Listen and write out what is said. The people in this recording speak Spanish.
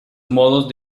modos